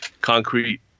concrete